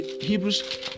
Hebrews